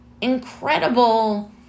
incredible